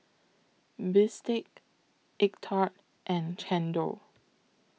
Bistake Egg Tart and Chendol